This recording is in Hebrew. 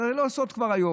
זה כבר לא סוד היום.